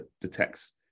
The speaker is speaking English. detects